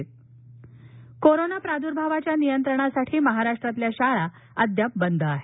Tilimili corona प्रार्द्भावाच्या नियंत्रणासाठी महाराष्ट्रातील शाळा अद्याप बंद आहेत